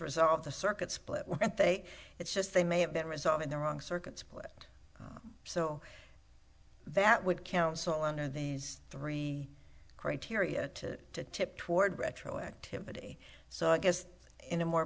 resolve the circuit split weren't they it's just they may have that result in the wrong circuit split so that would counsel under these three criteria to to tip toward retroactivity so i guess in a more